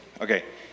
okay